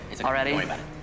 already